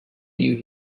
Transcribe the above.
you